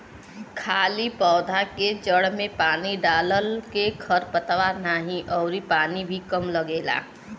खाली पौधा के जड़ में पानी डालला के खर पतवार नाही अउरी पानी भी कम लगेला